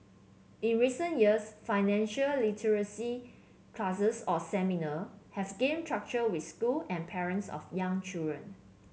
in recent years financial literacy classes or seminar have gained traction with school and parents of young children